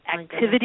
activity